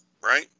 right